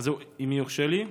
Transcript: אם יורשה לי,